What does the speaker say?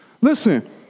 Listen